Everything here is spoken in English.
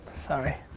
sorry.